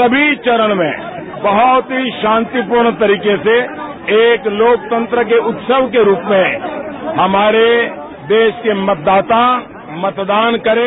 सभी चरण में बहुत ही शांतिपूर्ण तरीके से एक लोकतंत्र के उत्सव के रूप में हमारे देश के मतदाता मतदान करें